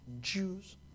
Jews